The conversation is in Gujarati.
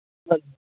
બરાબર